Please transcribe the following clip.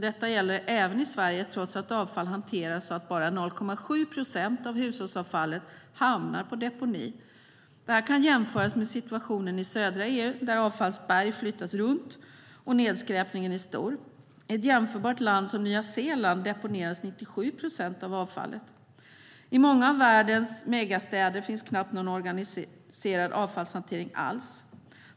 Detta gäller även i Sverige, trots att avfall hanteras så att bara 0,7 procent av hushållsavfallet hamnar på deponi. Det kan jämföras med situationen i södra EU, där avfallsberg flyttas runt och nedskräpningen är stor. I ett jämförbart land som Nya Zeeland deponeras 97 procent av avfallet. I många av världens megastäder finns knappt någon organiserad avfallshantering alls.